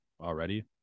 already